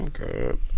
okay